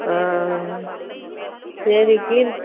சரி க்ளீன்